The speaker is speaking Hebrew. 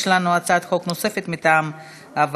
יש לנו הצעת חוק נוספת מטעם הוועדה: